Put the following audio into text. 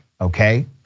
okay